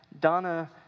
Donna